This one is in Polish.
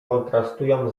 kontrastują